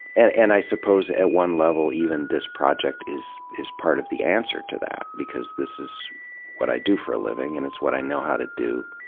and and i suppose at one level, even this project is is part of the answer to that, because this is what i do for a living and it's what i know how to do,